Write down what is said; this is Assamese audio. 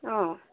অঁ